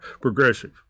progressive